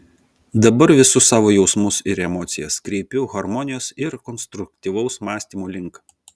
dabar visus savo jausmus ir emocijas kreipiu harmonijos ir konstruktyvaus mąstymo link